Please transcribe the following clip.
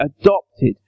adopted